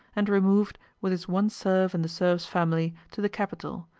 and removed, with his one serf and the serf's family, to the capital,